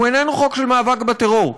הוא אינו חוק של מאבק בטרור,